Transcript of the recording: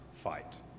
fight